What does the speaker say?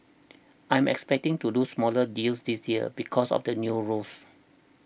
I'm expecting to do smaller deals this year because of the new rules